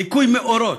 ליקוי מאורות.